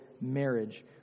marriage